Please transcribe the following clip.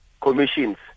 commissions